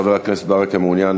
חבר הכנסת ברכה מעוניין?